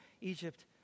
Egypt